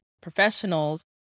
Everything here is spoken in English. professionals